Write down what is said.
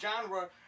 genre